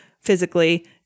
physically